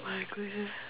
!my-goodness!